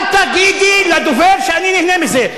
אל תגידי לדובר שאני נהנה מזה.